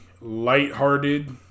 lighthearted